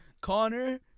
Connor